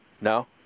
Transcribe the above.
No